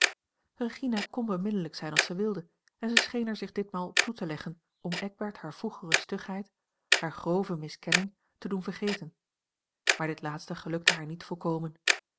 kon beminnelijk zijn als zij wilde en zij scheen er zich ditmaal op toe te leggen om eckbert hare vroegere stugheid a l g bosboom-toussaint langs een omweg hare grove miskenning te doen vergeten maar dit laatste gelukte haar niet volkomen